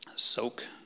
soak